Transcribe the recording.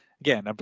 Again